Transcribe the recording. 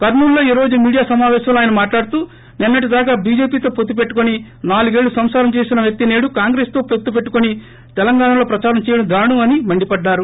కర్నూల్ లో ఈ రోజు మీడియా సమావేశంలో ఆయన మాట్లాడుతూ నిన్నటి దాక బీజేపీతో పొత్తు పెట్లుకుని నాలుగేళ్లు సంసారం చేసిన వ్వక్తి సేడు కాంగ్రెస్తో వొత్తు పెట్టుకుని తెలంగాణలో ప్రచారం చేయడం దారుణం అని మండి పడ్డారు